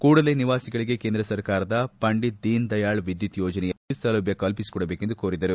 ಕೂಡಲೇ ನಿವಾಸಿಗಳಿಗೆ ಕೇಂದ್ರ ಸರಕಾರದ ಪಂಡಿತ ದೀನದಯಾಳ್ ವಿದ್ಯುತ್ ಯೋಜನೆಯಲ್ಲಿ ವಿದ್ಯುತ್ ಸೌಲಭ್ಯ ಕಲ್ಪಿಸಿಕೊಡಬೇಕೆಂದು ಕೋರಿದರು